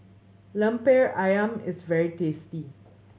Lemper Ayam is very tasty